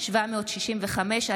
דוח חדש של רשם המחלות התעסוקתיות.